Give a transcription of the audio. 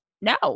No